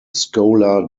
scholar